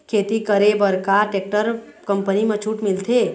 खेती करे बर का टेक्टर कंपनी म छूट मिलथे?